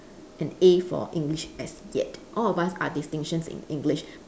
an A for English as yet all of us are distinctions in English